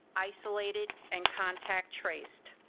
isolated and contact traced.